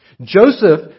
Joseph